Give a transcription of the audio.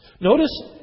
Notice